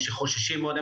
שחוששים מאוד.